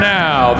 now